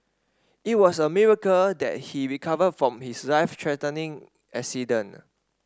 it was a miracle that he recovered from his life threatening accident